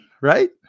right